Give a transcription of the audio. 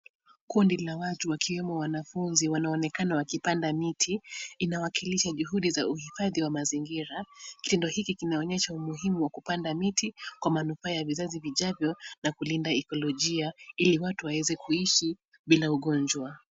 Kundi la watu, wakiwemo wanafunzi wanaonekana wakipanda miti, inawakilisha juhudi za uhifadhi wa mazingira, kitendo hiki kinaonyesha umuhimu wa miti, kwa manufaa ya vizazi vijavyo, na kulinda ekolojia ili watu waweze kuishi, bila ugonjwa.